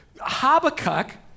Habakkuk